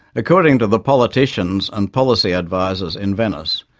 according to the politicians and policy advisers in venice,